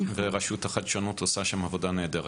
ורשות החדשנות עושה שם עבודה נהדרת.